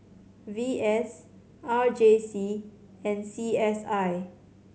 V S R J C and C S I